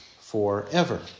forever